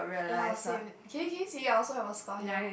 ya same can you can you see it I also have a scar here